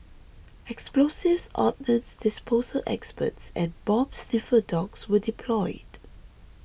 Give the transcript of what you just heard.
explosives ordnance disposal experts and bomb sniffer dogs were deployed